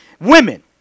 Women